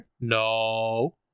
No